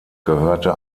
gehörte